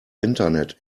internet